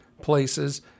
places